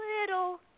little